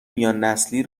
میاننسلی